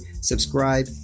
subscribe